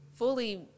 fully